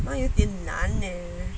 那有点难 eh